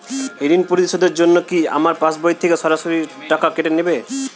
ঋণ পরিশোধের জন্য কি আমার পাশবই থেকে সরাসরি টাকা কেটে নেবে?